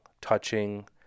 touching